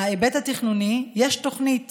ההיבט התכנוני, יש תוכנית